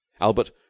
Albert